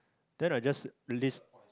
then I just list